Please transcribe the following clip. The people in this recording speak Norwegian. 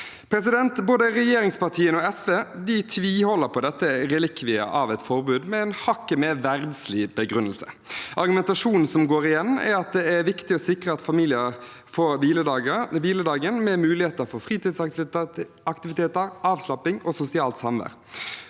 kirketiden. Både regjeringspartiene og SV tviholder på denne relikvien av et forbud – med en hakket mer verdslig begrunnelse. Argumentasjonen som går igjen, er at det er viktig å sikre at familier får en hviledag med mulighet for fritidsaktiviteter, avslapping og sosialt samvær,